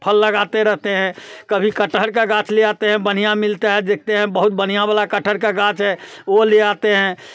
फल लगाते रहते हैं कभी कटहल का गाछ ले आते हैं बढिया मिलता है देखते हैं बहुत बढ़िया वाला कटहल का गाछ है ओ ले आते हैं